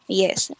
yes